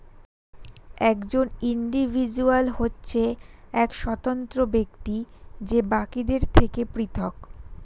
একজন ইন্ডিভিজুয়াল হচ্ছে এক স্বতন্ত্র ব্যক্তি যে বাকিদের থেকে পৃথক